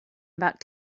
about